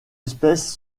espèces